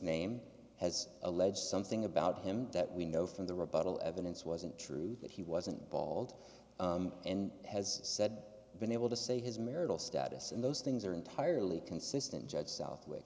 name has alleged something about him that we know from the rebuttal evidence wasn't true that he wasn't bald and has said been able to say his marital status and those things are entirely consistent judge southw